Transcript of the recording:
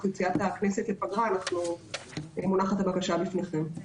יציאת הכנסת לפגרה מונחת הבקשה לפניכם.